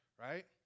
right